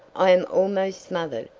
i am almost smothered.